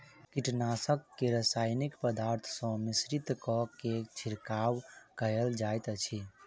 कीटनाशक के रासायनिक पदार्थ सॅ मिश्रित कय के छिड़काव कयल जाइत अछि